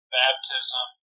baptism